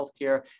Healthcare